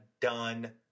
done